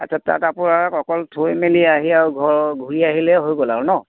আচ্ছা তাত আপোনাৰ অকল থৈ মেলি আহিও ঘূৰি আহিলে হৈ গ'ল ন